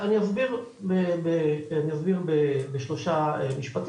רק ב-2019 נזכרו שב-1944 הייתה איזושהי הצפה